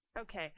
Okay